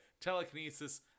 Telekinesis